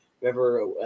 Remember